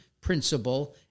principle